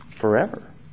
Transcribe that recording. forever